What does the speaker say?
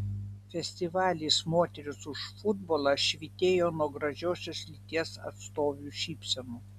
festivalis moterys už futbolą švytėjo nuo gražiosios lyties atstovių šypsenų